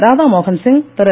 Radhamohan Singh Thiru